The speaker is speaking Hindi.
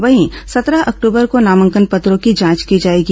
वहीं सत्रह अक्टूबर को नामांकन पत्रों की जांच की जाएगी